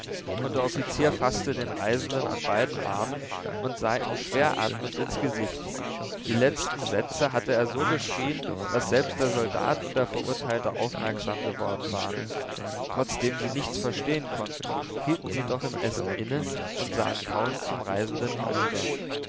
und der offizier faßt den reisenden an beiden armen und sah ihm schwer atmend ins gesicht die letzten sätze hatte er so geschrien daß selbst der soldat und der verurteilte aufmerksam geworden waren trotzdem sie nichts verstehen konnten hielten sie doch im essen inne und sahen kauend zum reisenden hinüber